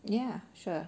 ya sure